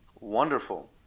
wonderful